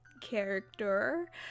character